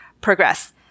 progress